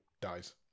dies